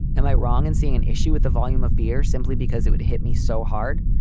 am i wrong in seeing an issue with the volume of beer simply because it would hit me so hard?